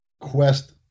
Quest